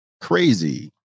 crazy